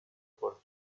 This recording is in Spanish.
por